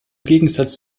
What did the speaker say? gegensatz